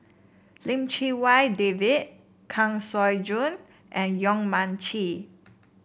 Lim Chee Wai David Kang Siong Joo and Yong Mun Chee